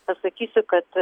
pasakysiu kad